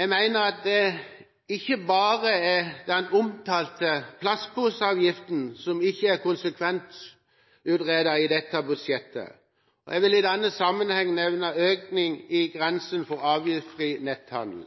Jeg mener at det ikke bare er den omtalte plastposeavgiften som ikke er konsekvensutredet i dette budsjettet, og jeg vil i denne sammenheng nevne økning i grensen for avgiftsfri netthandel.